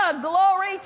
Glory